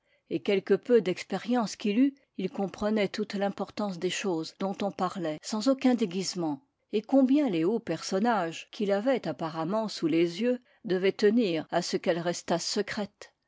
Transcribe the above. et quelque peu d'expérience qu'il eût il comprenait toute l'importance des choses dont on parlait sans aucun déguisement et combien les hauts personnages qu'il avait apparemment sous les yeux devaient tenir à ce qu'elles restassent secrètes